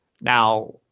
Now